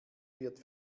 wird